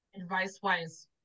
advice-wise